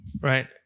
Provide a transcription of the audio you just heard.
right